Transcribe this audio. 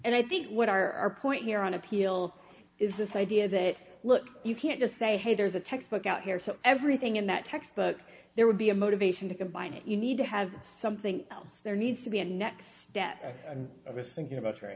and i think what are our point here on appeal is this idea that look you can't just say hey there's a textbook out here to everything in that textbook there would be a motivation to combine it you need to have something else there needs to be a next step of this thinking about her